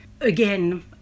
again